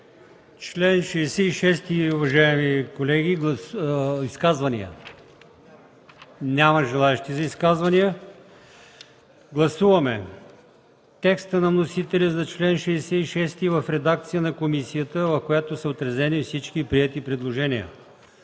Благодаря. Колеги, изказвания по чл. 66? Няма желаещи за изказвания. Гласуваме текста на вносителя за чл. 66 в редакция на комисията, в която са отразени всички приети предложения.